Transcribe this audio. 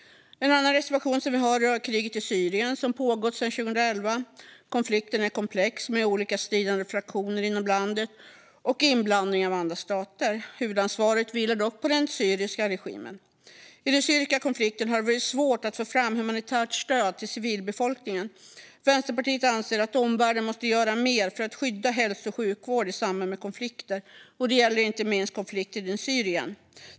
En annan reservation som vi har rör kriget i Syrien, som pågått sedan 2011. Konflikten är komplex med olika stridande fraktioner inom landet och inblandning av andra stater. Huvudansvaret vilar dock på den syriska regimen. I den syriska konflikten har det varit svårt att få fram humanitärt stöd till civilbefolkningen. Vänsterpartiet anser att omvärlden måste göra mer för att skydda hälso och sjukvård i samband med konflikter. Det gäller inte minst konflikten i Syrien.